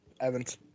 Evans